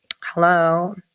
Hello